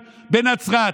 בנצרת,